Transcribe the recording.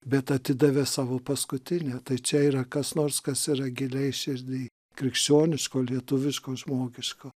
bet atidavė savo paskutinę tai čia yra kas nors kas yra giliai širdy krikščioniško lietuviško žmogiško